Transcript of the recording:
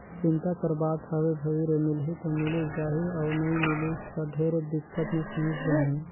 चिंता कर बात हवे भई रे मिलही त मिलिस जाही अउ नई मिलिस त ढेरे दिक्कत मे फंयस जाहूँ